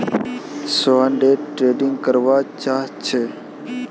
Sohan day trading करवा चाह्चे